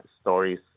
stories